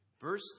Verse